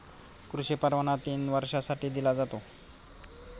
कृषी परवाना तीन वर्षांसाठी दिला जातो